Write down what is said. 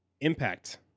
Impact